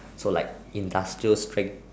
so like industrial strength